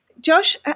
Josh